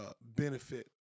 benefit